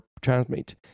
Transmit